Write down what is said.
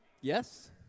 Yes